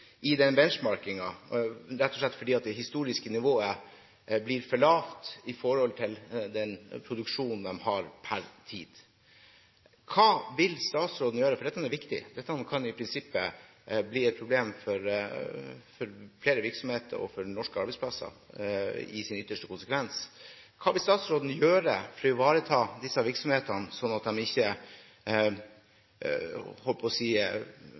til den produksjonen de har per tid. Dette er viktig, dette kan i prinsippet bli et problem for flere virksomheter og norske arbeidsplasser i sin ytterste konsekvens. Hva vil statsråden gjøre for å ivareta disse virksomhetene, sånn at de ikke taper i internasjonal konkurranse? Det er riktig at det har vore ein omfattande prosess både i EU og i Noreg om korleis ein skulle utforme kvotesystemet, korleis ein skulle setje såkalla benchmarking, altså grunnlaget for å